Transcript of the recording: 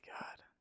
god